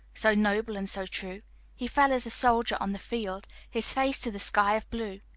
so noble and so true he fell as a soldier on the field, his face to the sky of blue.